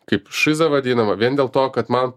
kaip šiza vadinama vien dėl to kad man